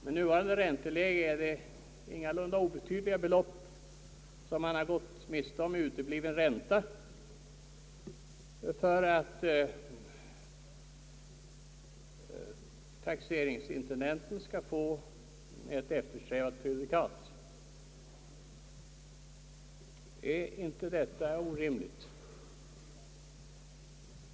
Med nuvarande ränteläge är det ingalunda obetydliga belopp som den skattskyldige har gått miste om i utebliven ränta — och detta för att taxeringsintendenten skall få ett eftersträvat prejudikat! Är inte detta orimligt?